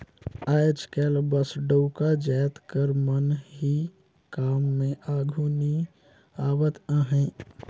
आएज काएल बस डउका जाएत कर मन ही काम में आघु नी आवत अहें